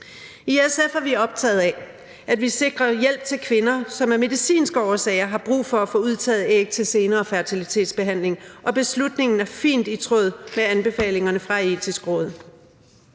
I SF er vi optaget af, at vi sikrer hjælp til kvinder, som af medicinske årsager har brug for at få udtaget æg til senere fertilitetsbehandling, og beslutningen er fint i tråd med anbefalingerne fra Det Etiske Råd.